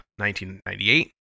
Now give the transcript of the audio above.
1998